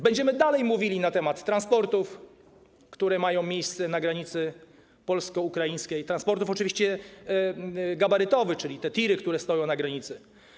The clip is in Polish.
Będziemy dalej mówili na temat transportów, które mają miejsce na granicy polsko-ukraińskiej, transportów gabarytowych, czyli chodzi o te tiry, które stoją na granicy.